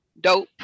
Dope